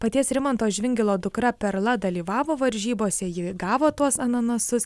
paties rimanto žvingilo dukra perla dalyvavo varžybose ji gavo tuos ananasus